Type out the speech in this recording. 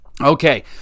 Okay